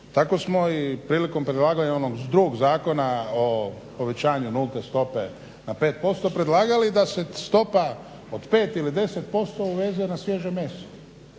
tako smo i prilikom predlaganja onog drugog Zakona o povećanju nulte stope na 5% predlagali da se stopa od 5 ili 10% uveze na svježe meso,